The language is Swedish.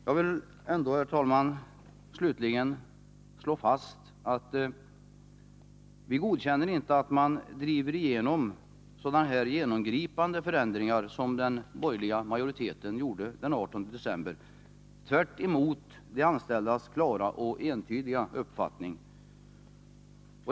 Jag vill ändå, herr talman, slutligen slå fast att vi inte godkänner att man driver igenom sådana här genomgripande förändringar som den borgerliga majoriteten gjorde den 18 december tvärtemot de anställdas klara och entydiga uppfattning.